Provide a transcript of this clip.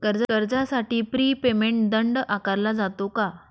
कर्जासाठी prepayment दंड आकारला जातो का?